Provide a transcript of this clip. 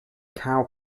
cow